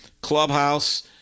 clubhouse